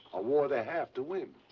a war they have to win.